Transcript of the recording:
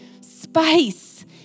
space